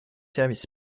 services